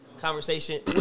conversation